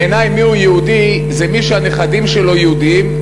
בעיני יהודי זה מי שהנכדים שלו יהודים,